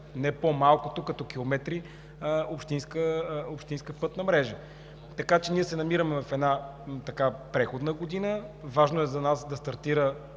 не по-малко като километри, общинска пътна мрежа. Така че ние се намираме в една преходна година. Важно е за нас да стартира